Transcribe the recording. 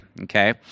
okay